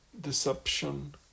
deception